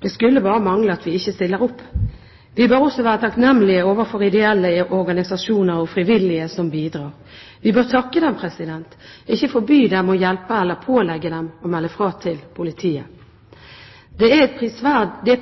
Det skulle bare mangle at vi ikke stiller opp. Vi bør også være takknemlige overfor ideelle organisasjoner og frivillige som bidrar. Vi bør takke dem, ikke forby dem å hjelpe eller pålegge dem å melde fra til politiet. Det er